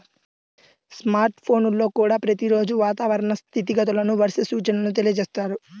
smart ఫోన్లల్లో కూడా ప్రతి రోజూ వాతావరణ స్థితిగతులను, వర్ష సూచనల తెలియజేస్తున్నారు